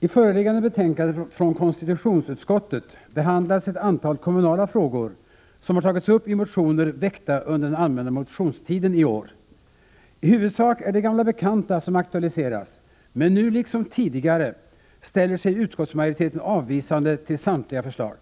Herr talman! I föreliggande betänkande från konstitutionsutskottet behandlas ett antal kommunala frågor som har tagits upp i motioner väckta under den allmänna motionstiden i år. I huvudsak är det gamla bekanta frågor som aktualiseras, men nu liksom tidigare ställer sig utskottsmajoriteten avvisande till samtliga förslag.